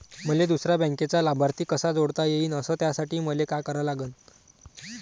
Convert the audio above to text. मले दुसऱ्या बँकेचा लाभार्थी कसा जोडता येईन, अस त्यासाठी मले का करा लागन?